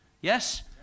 yes